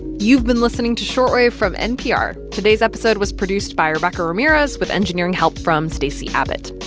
you've been listening to short wave from npr. today's episode was produced by rebecca ramirez with engineering help from stacey abbott.